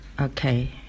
Okay